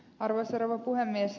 arvoisa rouva puhemies